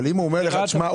אבל תשמע,